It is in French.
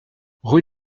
rue